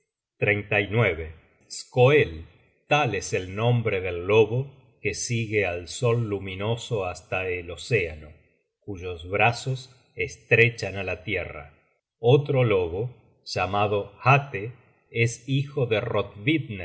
si svalin cayese skoel tal es el nombre del lobo que sigue al sol luminoso hasta el océano cuyos brazos estrechan á la tierra otro lobo llamado hate es hijo de